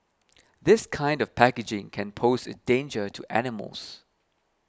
this kind of packaging can pose a danger to animals